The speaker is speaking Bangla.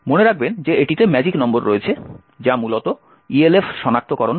মনে রাখবেন যে এটিতে ম্যাজিক নম্বর রয়েছে যা মূলত ELF শনাক্তকরণ